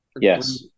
Yes